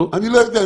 אני לא יודע.